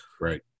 Right